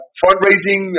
fundraising